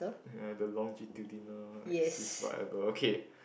the longitudinal axis whatever okay